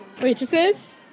Waitresses